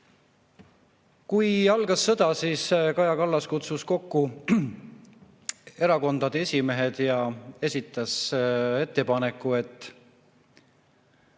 Kui algas sõda, siis Kaja Kallas kutsus kokku erakondade esimehed ja esitas ettepaneku, et